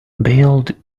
build